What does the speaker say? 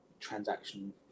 transaction